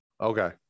Okay